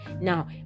Now